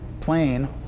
plane